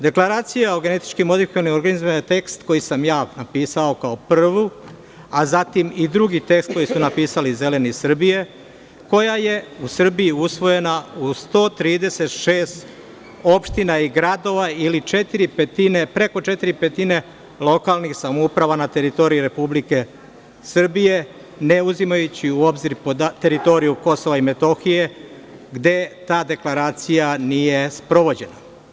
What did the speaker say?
Deklaracija o genetički modifikovanim organizmima je tekst koji sam ja napisao kao prvu, a zatim i drugi tekst koji su napisali Zeleni Srbije, koja je u Srbiji usvojena u 136 opština i gradova ili preko četiri petine lokalnih samouprava na teritoriji Republike Srbije, ne uzimajući u obzir teritoriju KiM, gde ta deklaracija nije sprovođena.